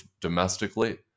domestically